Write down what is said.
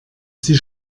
sie